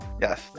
Yes